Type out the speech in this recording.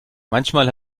manchmal